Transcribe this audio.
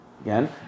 Again